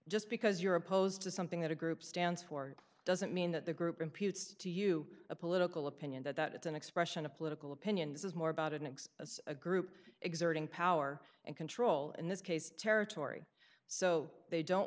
just because you're opposed to something that a group stands for doesn't mean that the group computes to you a political opinion that it's an expression of political opinions is more about it next as a group exerting power and control in this case territory so they don't